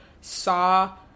saw